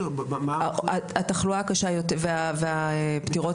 התחלואה הקשה והפטירות,